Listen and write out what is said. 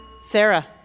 Sarah